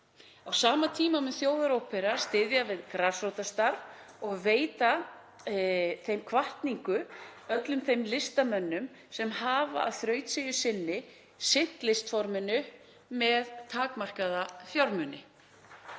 Á sama tíma mun Þjóðarópera styðja við grasrótarstarf og veita hvatningu öllum þeim listamönnum sem hafa af þrautseigju sinnt listforminu með takmarkaða fjármuni.